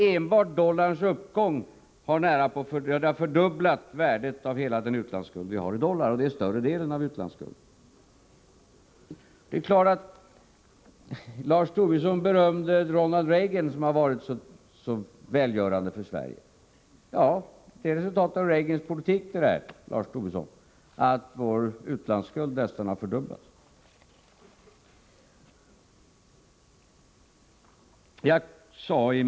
Enbart dollarns uppgång har fördubblat värdet av vår utlandsskuld i dollar, och det gäller större delen av utlandsskulden. Lars Tobisson berömde Ronald Reagans politik, som har varit så välgörande för Sverige. Ja, Lars Tobisson, att vår utlandsskuld har nästan fördubblats är ett resultat av Reagans politik.